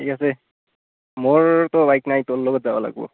ঠিক আছে মোৰটো বাইক নাই তোৰ লগত যাব লাগিব